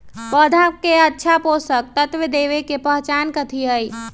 पौधा में अच्छा पोषक तत्व देवे के पहचान कथी हई?